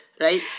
right